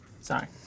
Sorry